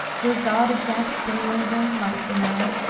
will god exact day labor, light denied?